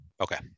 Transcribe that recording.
Okay